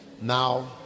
Now